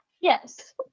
Yes